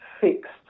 fixed